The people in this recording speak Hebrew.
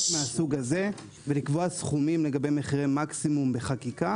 מהסוג הזה ולקבוע סכומים לגבי מחירי מקסימום בחקיקה.